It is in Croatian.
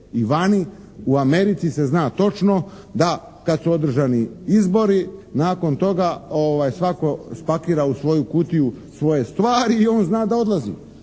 i vani u Americi se zna točno da kad su održani izbori nakon toga svatko spakira u kutiju svoje stvari i on zna da odlazi.